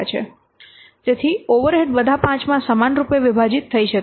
તેથી ઓવરહેડ બધા પાંચમાં સમાન રૂપે વિભાજિત થઈ શકે છે